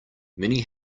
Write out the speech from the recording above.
many